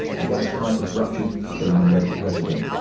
a gas pipe was ruptured killing a local resident.